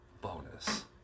bonus